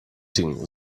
thing